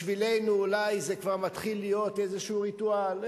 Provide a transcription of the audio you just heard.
בשבילנו אולי זה כבר מתחיל להיות איזשהו ריטואל,